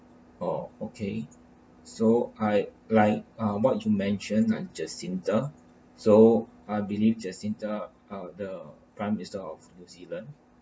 oh okay so I like uh what you mentioned on jacinda so I believe jacinda uh the prime minister of new zealand